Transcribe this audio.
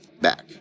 back